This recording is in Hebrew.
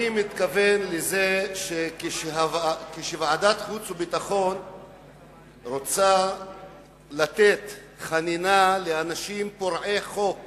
אני מתכוון לזה שכשוועדת חוץ וביטחון רוצה לתת חנינה לאנשים פורעי חוק